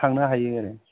थांनो हायो आरो